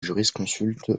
jurisconsulte